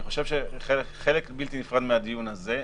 אני חושב שחלק בלתי נפרד מהדיון הזה.